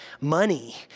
Money